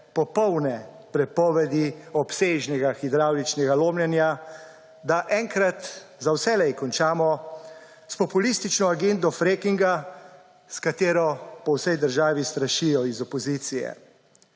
popolne prepovedi obsežnega hidravličnega lomljenja, da enkrat za vselej končamo s populistično agendo frackinga s katero po vsej državi strašijo iz opozicije.